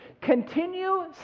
Continue